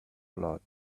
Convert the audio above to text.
blood